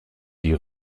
die